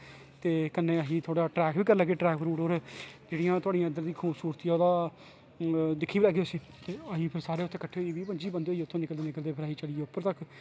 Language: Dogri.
ते कन्नै अस थोह्ड़ा ट्रैक बी करी लैगे ट्रैक रूट पर जेह्ड़ियां थुआढ़ियां इद्धर दियां खूबसूरती ओह्दा दिक्खी बी लैगे होऐ अस फिर सारे उत्थें कट्ठे होइयै गे बीह् पजी बंदे उत्थूं निकलदे निकलदे अस फिर चली गे उप्पर तक